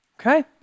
Okay